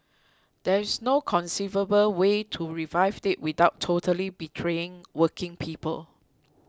there is no conceivable way to revive it without totally betraying working people